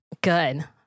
good